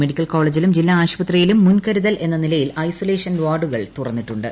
medical കോളേജിലും ജില്ലാ ആശുപത്രിയിലും മുൻകരുതൽ എന്ന നിലയിൽ ഐസൊലേഷൻ വാർഡുകൾ തുറന്നിട്ടുണ്ട്